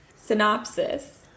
synopsis